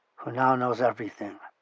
who now knows everything,